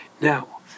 now